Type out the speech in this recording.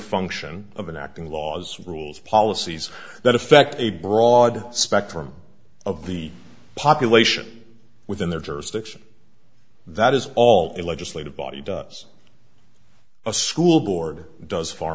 function of an acting laws rules policies that affect a broad spectrum of the population within their jurisdiction that is all a legislative body does a school board does far